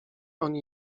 oni